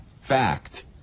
fact